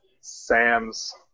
Sam's